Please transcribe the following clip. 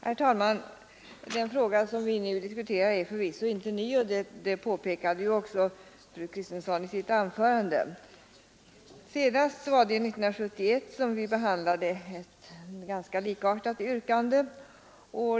Herr talman! Den fråga vi nu diskuterar är förvisso inte ny. Det påpekade också fru Kristensson i sitt anförande. Vi behandlade senast ett likartat yrkande år 1971.